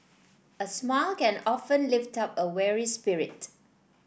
a smile can often lift up a weary spirit